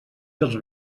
dels